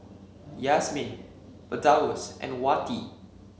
Yasmin Firdaus and Wati